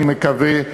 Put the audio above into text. אני מקווה,